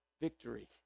Victory